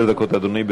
עשר דקות, אדוני.